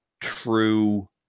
true